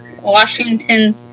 Washington